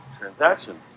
transaction